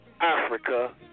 Africa